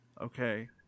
Okay